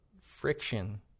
friction